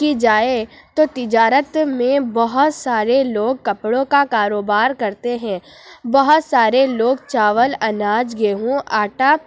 کی جائے تو تجارت میں بہت سارے لوگ کپڑوں کا کاروبار کرتے ہیں بہت سارے لوگ چاول اناج گیہوں آٹا